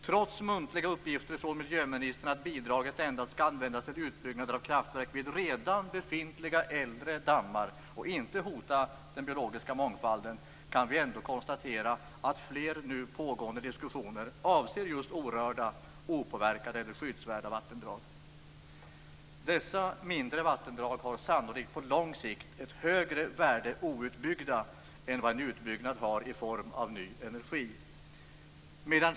Trots muntliga uppgifter från miljöministern att bidraget endast skall användas till utbyggnader av kraftverk vid redan befintliga äldre dammar och inte hota den biologiska mångfalden, kan vi ändå konstatera att fler nu pågående diskussioner avser just orörda, opåverkade eller skyddsvärda vattendrag. Dessa mindre vattendrag har sannolikt på lång sikt ett högre värde outbyggda än vad en utbyggnad har i form av ny energi.